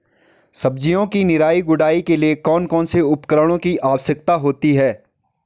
सब्जियों की निराई गुड़ाई के लिए कौन कौन से उपकरणों की आवश्यकता होती है?